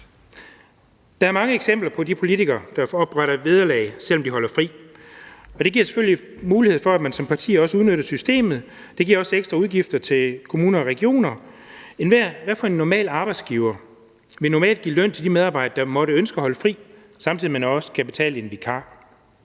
Der er mange eksempler på politikere, der opretholder et vederlag, selv om de holder fri, og det giver selvfølgelig mulighed for, at man som parti kan udnytte systemet, og det giver også ekstra udgifter til kommuner og regioner. Enhver normal arbejdsgiver vil normalt give løn til de medarbejdere, der måtte ønske at holde fri, samtidig med at man også skal betale en vikar.